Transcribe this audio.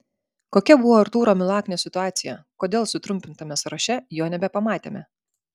kokia buvo artūro milaknio situacija kodėl sutrumpintame sąraše jo nebepamatėme